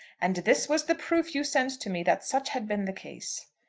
and this was the proof you sent to me that such had been the case!